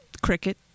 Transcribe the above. Cricket